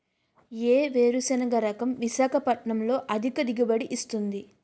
ఏ వేరుసెనగ రకం విశాఖపట్నం లో అధిక దిగుబడి ఇస్తుంది?